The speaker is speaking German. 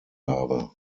habe